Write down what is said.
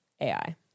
AI